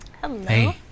Hello